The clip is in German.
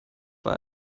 war